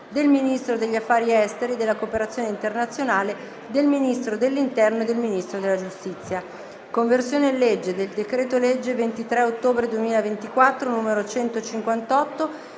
del Ministro degli affari esteri e della cooperazione internazionale, del Ministro dell'interno e del Ministro della giustizia: «Conversione in legge del decreto-legge 23 ottobre 2024, n. 158,